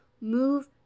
move